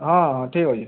ହଁ ହଁ ଠିକ୍ ଅଛେ